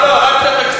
לא לא, רק את התקציב.